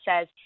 says